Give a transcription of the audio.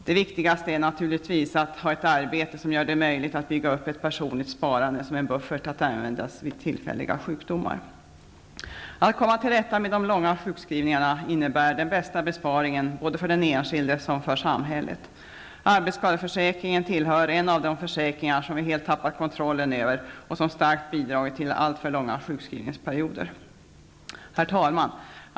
Det viktigaste är naturligtvis att ha ett arbete som gör det möjligt att bygga upp ett personligt sparande, som en buffert att användas vid tillfälliga sjukdomar. Att komma till rätta med de långa sjukskrivningarna innebär den bästa besparingen både för den enskilde och för samhället. Arbetsskadeförsäkringen är en av de försäkringar som vi helt tappat kontrollen över och som starkt bidragit till alltför långa sjukskrivningsperioder. Herr talman!